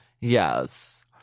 Yes